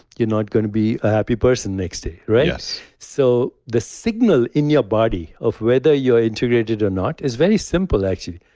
you're not going to be a happy person next day. right? yes so the signal in your body of whether you're integrated or not is very simple actually.